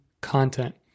content